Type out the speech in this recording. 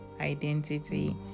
identity